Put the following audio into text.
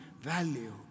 value